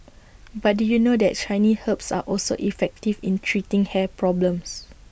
but do you know that Chinese herbs are also effective in treating hair problems